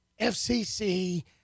FCC